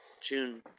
June